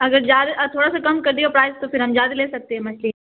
اگر زیادہ تھوڑا سا کم کر دیو پرائز تو پھر ہم زیادہ لے سکتے ہیں مچھلی